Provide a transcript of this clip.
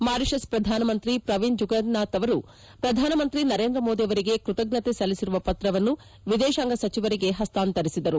Mauritius ಪ್ರಧಾನಮಂತ್ರಿ ಪ್ರವಿಂದ್ ಜುಗ್ನಾಥ್ ಅವರು ಪ್ರಧಾನಮಂತ್ರಿ ನರೇಂದ್ರ ಮೋದಿ ಅವರಿಗೆ ಕೃತಜ್ಞತೆ ಸಲ್ಲಿಸಿರುವ ಪತ್ರವನ್ನು ವಿದೇಶಾಂಗ ಸಚಿವರಿಗೆ ಹಸ್ತಾಂತರಿಸಿದರು